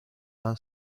han